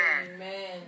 Amen